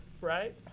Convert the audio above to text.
right